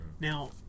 Now